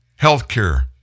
healthcare